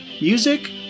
music